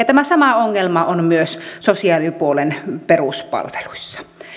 tämä sama ongelma on myös sosiaalipuolen peruspalveluissa